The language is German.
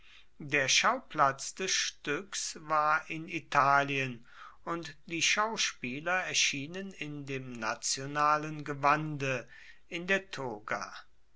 der schauplatz des stuecks war in italien und die schauspieler erschienen in dem nationalen gewande in der toga